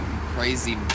crazy